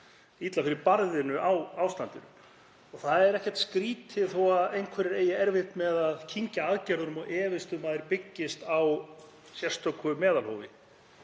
illa fyrir barðinu á ástandinu. Það er ekkert skrýtið að einhverjir eigi erfitt með að kyngja aðgerðunum og efist um að þær byggist á sérstöku meðalhófi.